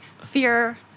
fear